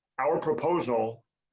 our proposal.